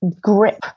grip